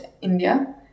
India